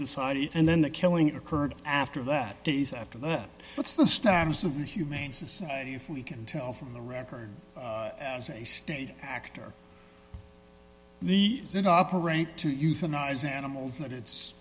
society and then the killing occurred after that days after that what's the status of the humane society if we can tell from the record as a stage actor the operate to euthanize animals